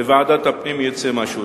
בוועדת הפנים יצא משהו.